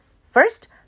first